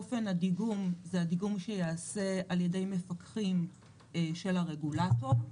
אופן הדיגום זה הדיגום שייעשה על ידי מפקחים של הרגולטור.